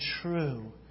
true